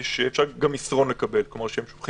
שאפשר לקבל מסרון החלמה.